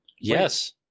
Yes